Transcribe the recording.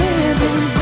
living